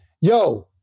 Yo